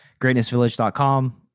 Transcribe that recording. greatnessvillage.com